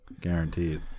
Guaranteed